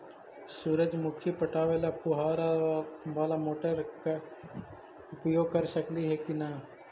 सुरजमुखी पटावे ल फुबारा बाला मोटर उपयोग कर सकली हे की न?